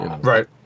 Right